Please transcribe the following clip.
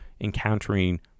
encountering